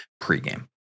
pre-game